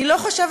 אני לא חושבת,